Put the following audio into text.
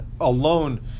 alone